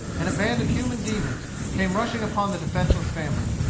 and a band of human demons came rushing upon the defenceless family.